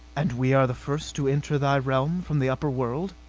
and we are the first to enter thy realm from the upper world?